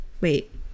Wait